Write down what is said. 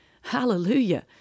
Hallelujah